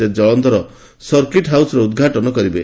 ସେ ଜଳନ୍ଧର ସର୍କିଟ୍ ହାଉସ୍ର ଉଦ୍ଘାଟନ କରିବେ